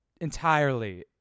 entirely